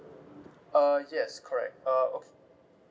uh yes correct uh